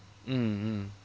mm mm